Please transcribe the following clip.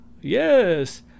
Yes